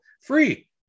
free